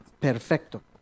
perfecto